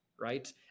right